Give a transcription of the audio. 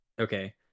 Okay